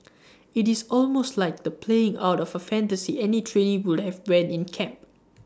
IT is almost like the playing out of A fantasy any trainee would have when in camp